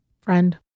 friend